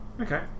Okay